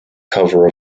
cover